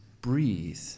breathe